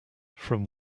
from